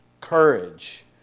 courage